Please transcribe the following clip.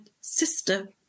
sister